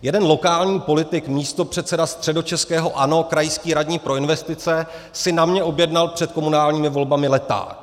Jeden lokální politik, místopředseda středočeského ANO, krajský radní pro investice, si na mě objednal před komunálními volbami leták.